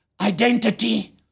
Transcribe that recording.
identity